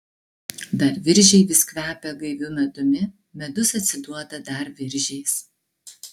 dar viržiai vis kvepia gaiviu medumi medus atsiduoda dar viržiais